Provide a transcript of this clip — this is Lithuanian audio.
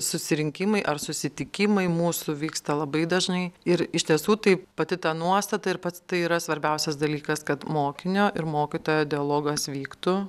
susirinkimai ar susitikimai mūsų vyksta labai dažnai ir iš tiesų tai pati ta nuostata ir pats tai yra svarbiausias dalykas kad mokinio ir mokytojo dialogas vyktų